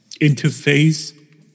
interface